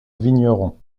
vignerons